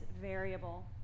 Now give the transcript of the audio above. variable